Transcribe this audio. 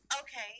Okay